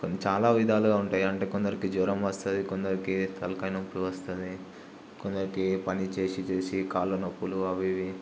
చాలా విధాలుగా ఉంటాయి అంటే కొందరికి జ్వరం వస్తది కొందరికి తలకాయ నొప్పి వస్తది కొందరికి పని చేసి చేసి కాలు నొప్పులు అవి ఇవి